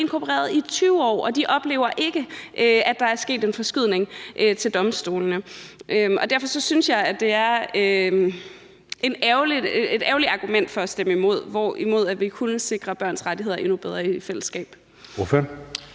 inkorporeret i 20 år, og de ikke oplever, at der er sket en forskydning til domstolene. Derfor synes jeg, at det er et ærgerligt argument for at stemme imod, hvorimod vi her i fællesskab kunne sikre børns rettigheder endnu bedre. Kl.